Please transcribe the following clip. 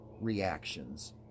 reactions